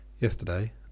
Yesterday